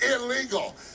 illegal